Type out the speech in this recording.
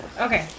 Okay